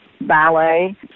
ballet